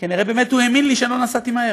כנראה הוא באמת האמין לי שלא נסעתי מהר.